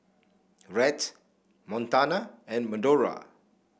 Rhett Montana and Medora